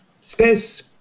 space